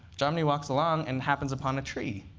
jomny walks along and happens upon a tree.